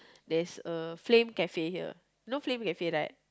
there's a Flame Cafe here you know Flame Cafe right